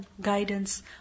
guidance